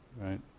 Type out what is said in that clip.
right